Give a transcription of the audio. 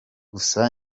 gusa